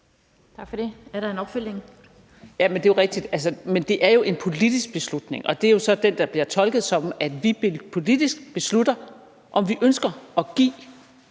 Tak for det. Er der en opfølgning? Kl. 16:37 Marie Krarup (DF): Det er rigtigt, men det er jo en politisk beslutning, og det er så den, der bliver tolket, som at vi politisk beslutter, om vi ønsker at give